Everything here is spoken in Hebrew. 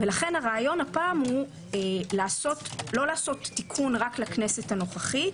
ולכן הרעיון הפעם הוא לא לעשות תיקון רק לכנסת הנוכחית